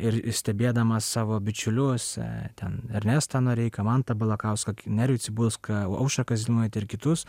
ir stebėdamas savo bičiulius ten ernestą noreiką mantą balakauską nerijų cibulską aušrą kaziliūnaitę ir kitus